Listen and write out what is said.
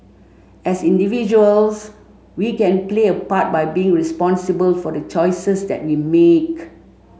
as individuals we can play a part by being responsible for the choices that we make